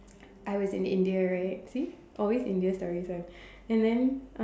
I was in India right see always India stories [one] and then